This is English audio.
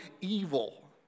evil